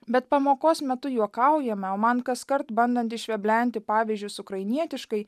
bet pamokos metu juokaujame o man kaskart bandant iš veblenti pavyzdžiui ukrainietiškai